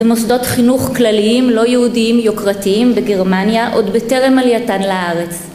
ומוסדות חינוך כלליים לא יהודיים יוקרתיים בגרמניה עוד בטרם עלייתן לארץ